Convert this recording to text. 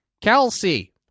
Kelsey